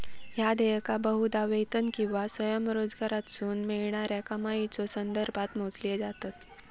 ह्या देयका बहुधा वेतन किंवा स्वयंरोजगारातसून मिळणाऱ्या कमाईच्यो संदर्भात मोजली जातत